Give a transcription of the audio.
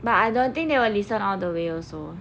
but I don't think they will listen all the way also